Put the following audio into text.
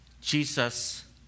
Jesus